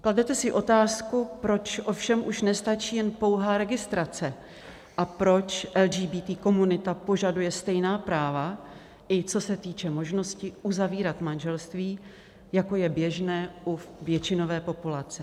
Kladete si otázku, proč ovšem už nestačí pouhá registrace a proč LGBT komunita požaduje stejná práva, i co se týče možnosti uzavírat manželství, jako je běžné u většinové populace.